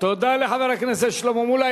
תודה לחבר הכנסת שלמה מולה.